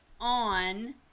on